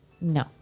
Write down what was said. No